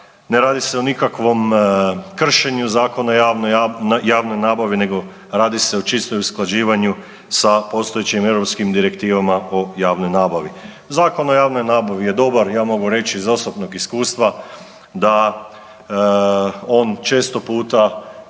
ne radi se o nikakvom kršenju Zakona o javnoj nabavi, nego radi se o čistom usklađivanju sa postojećim europskim direktivama o javnoj nabavi. Zakon o javnoj nabavi je dobar. Ja mogu reći iz osobnog iskustva da on često puta